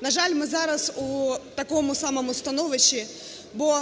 На жаль, ми зараз в такому самому становищі, бо